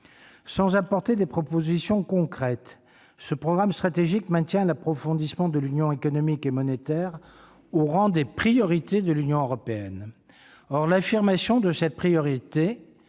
sans apporter de propositions concrètes, maintient l'approfondissement de l'union économique et monétaire au rang des priorités de l'Union européenne. Or l'affirmation de cette priorité